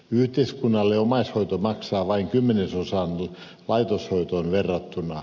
yhteiskunnalle omaishoito maksaa vain kymmenesosan laitoshoitoon verrattuna